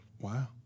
Wow